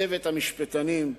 צוות המשפטנים: